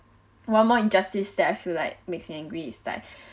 one more injustice that I feel like makes me angry is like